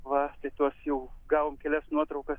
va tai tos jau gavom kelias nuotraukas